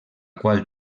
qual